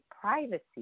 privacy